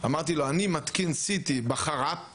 אמרתי לו: אני מתקין CT בחר"פ,